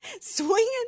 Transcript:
swinging